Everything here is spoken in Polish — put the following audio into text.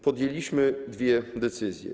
Podjęliśmy dwie decyzje.